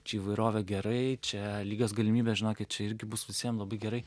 čia įvairovė gerai čia lygios galimybės žinokit čia irgi bus visiem labai gerai